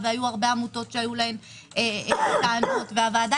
והיו הרבה עמותות שהיו להן טענות והוועדה